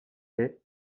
est